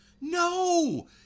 No